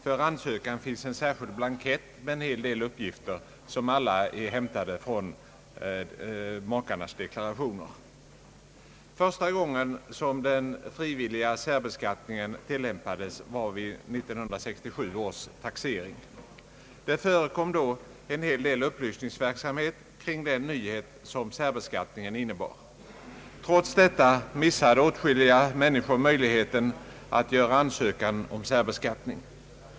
För ansökan finns en särskild blankett med en hel del uppgifter som alla är hämtade från makarnas deklarationer. Första gången den frivilliga särbeskattningen tillämpades var vid 1967 års taxering. Det förekom då en hel del upplysningsverksamhet kring den nyhet som särbeskattningen innebar. Trots detta missade många människor möjligheten att göra ansökan om särbeskattning.